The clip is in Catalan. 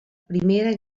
primera